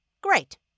great